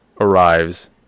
arrives